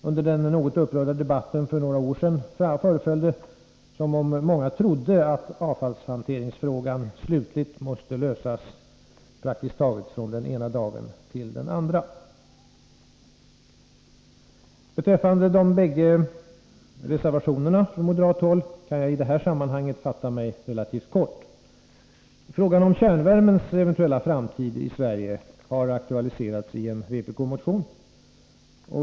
Under den något upprörda debatten för några år sedan föreföll det som om många trodde att avfallshanteringsfrågan slutligt måste lösas praktiskt taget från den ena dagen till den andra. Beträffande de båda reservationerna från moderat håll kan jag i det här sammanhanget fatta mig relativt kort. Frågan om kärnvärmens eventuella framtid i Sverige har aktualiserats i en vpk-motion.